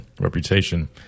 reputation